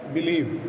Believe